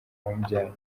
wamubyaye